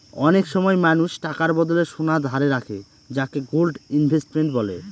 অনেক সময় মানুষ টাকার বদলে সোনা ধারে রাখে যাকে গোল্ড ইনভেস্টমেন্ট বলে